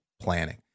planning